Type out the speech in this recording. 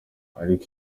ariko